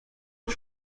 شما